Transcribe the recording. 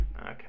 Okay